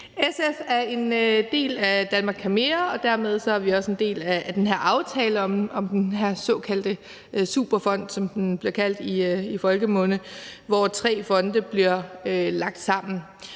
SF er en del af »Danmark kan mere I«, og dermed er vi også en del af den her aftale om den her såkaldte superfond, som den bliver kaldt i folkemunde, hvor tre fonde bliver lagt sammen.